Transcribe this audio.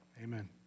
Amen